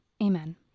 amen